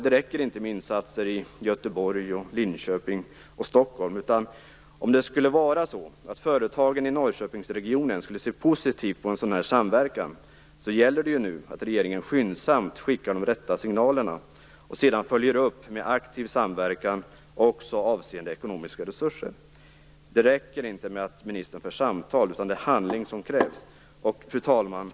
Det räcker inte med insatser i Göteborg, Linköping och Stockholm. Om det skulle vara så att företagen i Norrköpingsregionen ser positivt på en sådan samverkan gäller det nu att regeringen skyndsamt skickar de rätta signalerna och sedan följer upp med aktiv samverkan också avseende ekonomiska resurser. Det räcker inte med att ministern för samtal, utan det är handling som krävs. Fru talman!